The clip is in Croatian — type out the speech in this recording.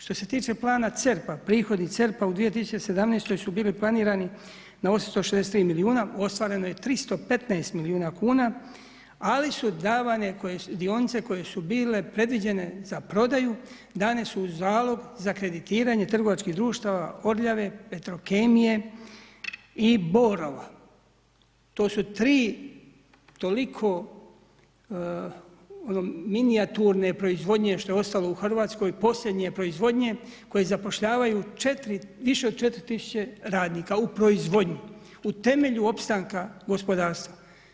Što se tiče plana CERP-a, prihodi CERP-a u 2017. su bili planirani na 863 milijuna, ostvareno je 315 milijuna kuna, ali su davane dionice koje su bile predviđene za prodaju dane su u zalog za kreditiranje trgovačkih društava Orljave, Petrokemije i Borova, to su tri toliko minijaturne proizvodnje što je ostalo u Hrvatskoj posljednje proizvodnje koje zapošljavaju više od 4.000 radnika u proizvodnji, u temelju opstanka gospodarstva.